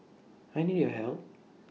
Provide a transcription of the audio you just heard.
I need your help